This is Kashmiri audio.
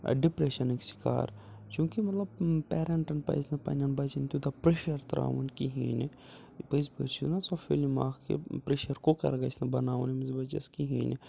ڈِپریشَنٕکۍ شِکار چوٗنٛکہِ مطلب پیرَنٹَن پَزِ نہٕ پنٛنٮ۪ن بَچَن تیوٗتاہ پریشَر ترٛاوُن کِہیٖنۍ نہٕ پٔزۍ پَٲٹھۍ چھُ نہ سۄ فِلم اَکھ کہِ پریشَر کُکَر گَژھِ نہٕ بَناوُن ییٚمِس بَچَس کِہیٖنۍ نہٕ